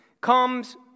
comes